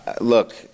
Look